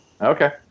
Okay